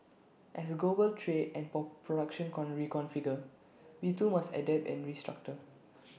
as global trade and production con reconfigure we too must adapt and restructure